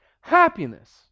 happiness